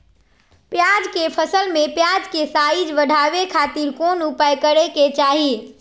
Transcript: प्याज के फसल में प्याज के साइज बढ़ावे खातिर कौन उपाय करे के चाही?